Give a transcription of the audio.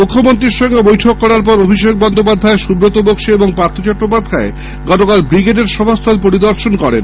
মুখ্যমন্ত্রীর সঙ্গে বৈঠক করার পর অভিষেক বন্দ্যোপাধ্যায় সুব্রত বক্সি এবং পার্থ চট্টোপাধ্যায় গতকাল ব্রিগেডের সভাস্হল পরিদর্শন করেন